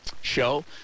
show